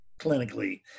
clinically